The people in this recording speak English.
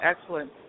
excellent